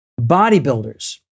Bodybuilders